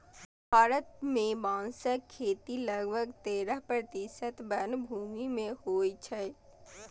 भारत मे बांसक खेती लगभग तेरह प्रतिशत वनभूमि मे होइ छै